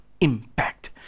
impact